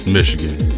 Michigan